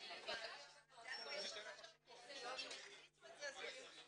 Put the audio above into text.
שרה מצוינת ומכירה את הצרכים והטיפול,